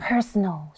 Personal